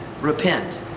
repent